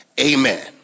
amen